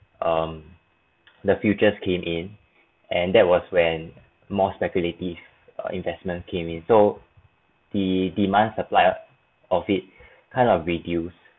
um the few just came in and that was when more speculative investment came in so the demand supply of it kind of reduced